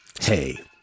Hey